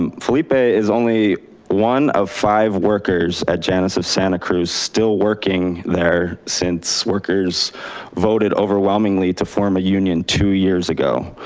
um felipe is only one of five workers at janus of santa cruz still working there since workers voted overwhelmingly to form a union two years ago.